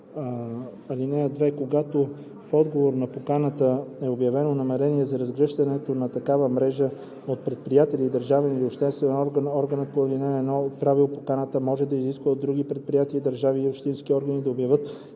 Когато в отговор на поканата е обявено намерение за разгръщане на такава мрежа от предприятие или държавен или общински орган, органът по ал. 1, отправил поканата, може да изиска от други предприятия и държавни и общински органи да обявят